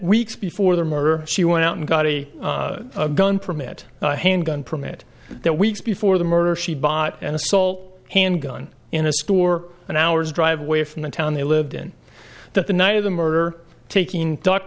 weeks before the murder she went out and got a gun permit a handgun permit there weeks before the murder she bought an assault handgun in a store an hour's drive away from the town they lived in that the night of the murder taking duct